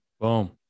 Boom